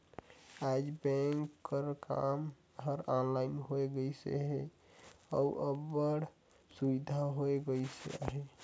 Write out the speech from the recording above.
आएज बेंक कर काम हर ऑनलाइन होए गइस अहे अउ अब्बड़ सुबिधा होए गइस अहे